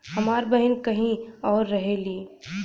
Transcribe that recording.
हमार बहिन कहीं और रहेली